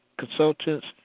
Consultants